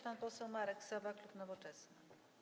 Pan poseł Marek Sowa, klub Nowoczesna.